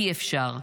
אי-אפשר,